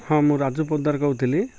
ହଁ ମୁଁ ରାଜୁ ପଦାର କହୁଥିଲି